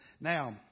Now